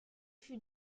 fut